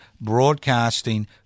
Broadcasting